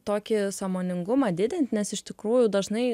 tokį sąmoningumą didint nes iš tikrųjų dažnai